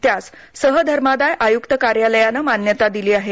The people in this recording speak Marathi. त्यास सहधर्मादाय आयुक्त कार्यालयानं मान्यता दिली आहे